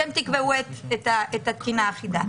אתם תקבעו את התקינה האחידה.